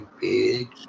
big